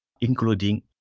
including